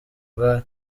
urwaye